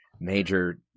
Major